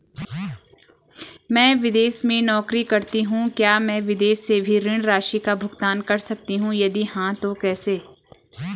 मैं विदेश में नौकरी करतीं हूँ क्या मैं विदेश से भी ऋण राशि का भुगतान कर सकती हूँ यदि हाँ तो कैसे?